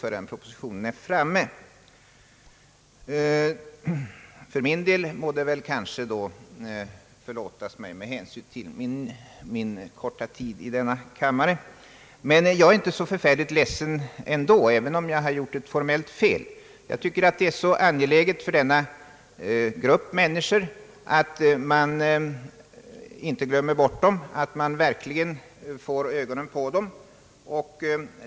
I detta fall må det dock kanske förlåtas mig med hänsyn till min korta tid i denna kammare. Jag är inte så ledsen ändå, även om jag gjort ett formellt fel, ty jag tycker att det är så angeläget att man inte glömmer bort dessa människor utan verkligen håller uppmärksamheten fästad på dem.